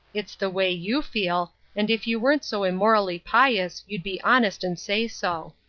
it's the way you feel, and if you weren't so immorally pious you'd be honest and say so.